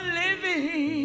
living